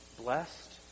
Blessed